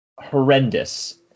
horrendous